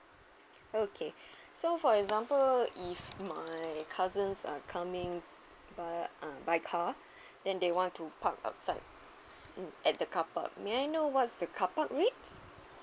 okay so for example if my cousins are coming by uh by car then they want to park outside mm at the car park may I know what's the car park rates